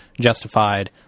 justified